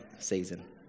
season